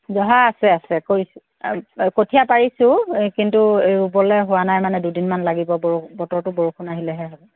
জহা আছে আছে কৰিছোঁ কঠিয়া পাৰিছোঁ কিন্তু ৰুবলে হোৱা নাই মানে দুদিনমান লাগিব ব বতৰটো বৰষুণ আহিলেহে হয়